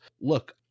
look